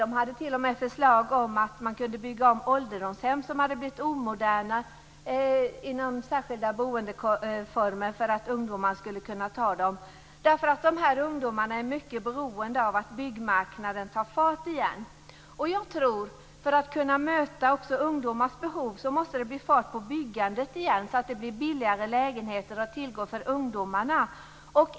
De hade t.o.m. förslag om att bygga om ålderdomshem som blivit omoderna inom särskilda boendeformer, för att ungdomar skulle kunna ta över dem. De här ungdomarna är mycket beroende av att byggmarknaden tar fart igen. Jag tror att det för att kunna möta också ungdomars behov måste bli fart på byggandet igen, så att det blir billigare lägenheter att tillgå för ungdomarna.